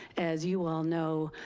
as you all know,